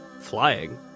flying